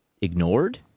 ignored